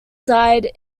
died